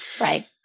right